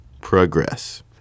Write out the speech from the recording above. progress